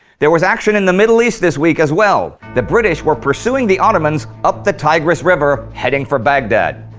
there was action in the middle east this week as well. the british were pursuing the ottomans up the tigris river, heading for baghdad.